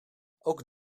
ook